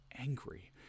angry